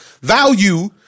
value